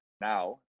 now